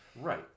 Right